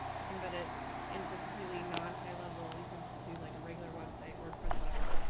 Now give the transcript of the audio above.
you can get it into a completely non highlevel. you can do like a regular website, wordpress, whatever.